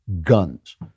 Guns